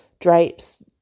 drapes